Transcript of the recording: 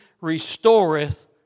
restoreth